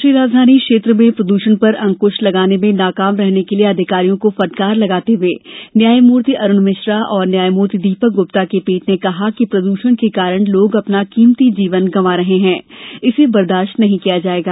राष्ट्रीय राजधानी क्षेत्र में प्रदृषण पर अंकृश लगाने में नाकाम रहने के लिए अधिकारियों को फटकार लगाते हुए न्यायमूर्ति अरुण मिश्रा और न्यायमूर्ति दीपक ग्रुप्ता की पीठ ने कहा कि प्रद्षण के कारण लोग अपना कीमती जीवन गवां रहे हैं इसे बर्दाश्त नहीं किया जाएगा